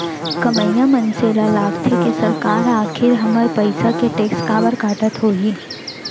कमइया मनसे ल लागथे के सरकार ह आखिर हमर पइसा के टेक्स काबर काटत होही